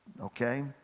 Okay